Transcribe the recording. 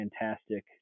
fantastic